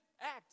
act